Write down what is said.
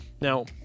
Now